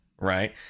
right